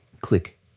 Click